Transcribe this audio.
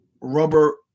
Rubber